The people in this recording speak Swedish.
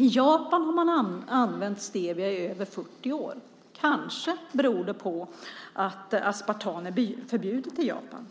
I Japan har man använt stevia i över 40 år. Kanske beror det på att aspartam är förbjudet i Japan.